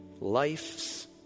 life's